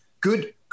good